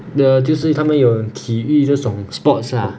err 就是他们有体育这种 sports lah